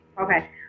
Okay